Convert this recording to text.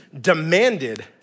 demanded